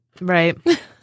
Right